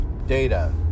data